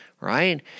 right